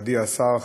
מכובדי השר,